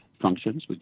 functions